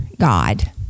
God